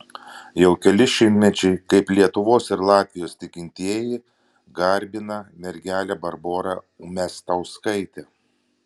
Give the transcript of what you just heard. jau keli šimtmečiai kaip lietuvos ir latvijos tikintieji garbina mergelę barborą umiastauskaitę